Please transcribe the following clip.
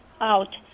out